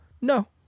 No